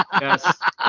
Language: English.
Yes